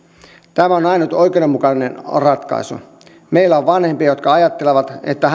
tämä on ainut oikeudenmukainen ratkaisu meillä on vanhempia jotka ajattelevat että